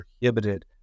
prohibited